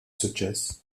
suċċess